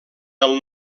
del